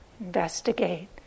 investigate